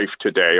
today